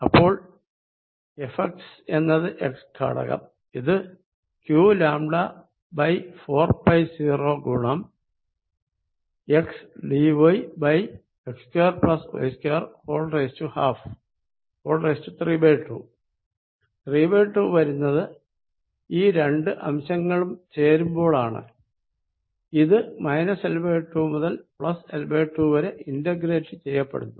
അപ്പോൾ Fx എന്നത് x ഘടകം ഇത് qλ4π0 ഗുണം xdyx2y232 32 വരുന്നത് ഈ രണ്ടു അംശങ്ങളും ചേരുമ്പോൾ ആണ് ഇത് L2 മുതൽ L2 വരെ ഇന്റഗ്രേറ്റ് ചെയ്യപ്പെടുന്നു